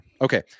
Okay